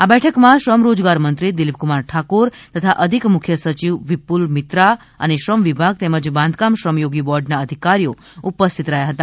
આ બેઠકમાં શ્રમ રોજગાર મંત્રી દિલીપકુમાર ઠાકોર તથા અધિક મુખ્ય સચિવ વિપુલ મિત્રા અને શ્રમ વિભાગ તેમજ બાંધકામ શ્રમયોગી બોર્ડના અધિકારીઓ ઉપસ્થિત રહ્યા હતા